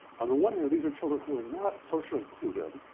on the one hand these are children who are not socially clued in,